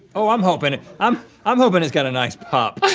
oh i'm hoping um i'm hoping it's got a nice pop.